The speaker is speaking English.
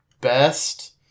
best